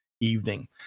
evening